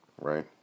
right